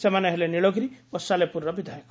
ସେମାନେ ହେଲେ ନୀଳଗିରି ଓ ସାଲେପୁରର ବିଧାୟକ